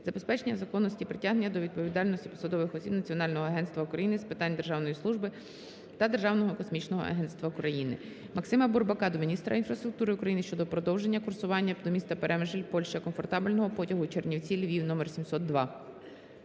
забезпечення законності і притягнення до відповідальності посадових осіб Національного агентства України з питань державної служби та Державного космічного агентства України. Максима Бурбака до міністра інфраструктури України щодо продовження курсування до міста Перемишль (Польща) комфортабельного потягу Чернівці-Львів № 702.